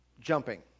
jumping